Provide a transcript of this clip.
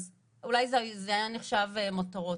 אולי זה היה נחשב מותרות,